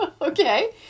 Okay